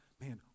man